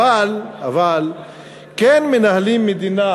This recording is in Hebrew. אבל כן מנהלים מדינה